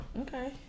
Okay